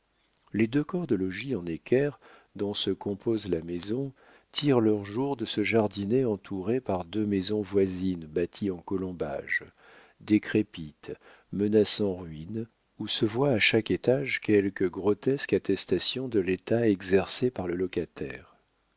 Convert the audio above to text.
les deux corps de logis en équerre dont se compose la maison tirent leur jour de ce jardinet entouré par deux maisons voisines bâties en colombage décrépites menaçant ruine où se voit à chaque étage quelque grotesque attestation de l'état exercé par le locataire